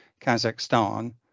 Kazakhstan